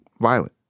violent